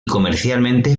comercialmente